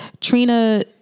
Trina